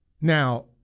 Now